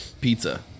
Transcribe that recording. pizza